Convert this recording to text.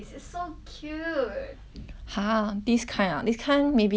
!huh! this kind ah this kind of this time maybe I'm not very interested though cause